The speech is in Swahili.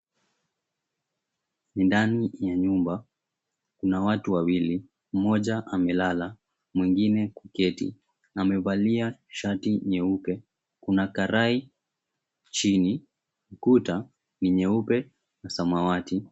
Ni ndani ya nyumba kuna watu wawili mmoja amelala mwingine kuketi amevalia shati nyeupe kuna karai chini, kuta ni nyeupe na samawati.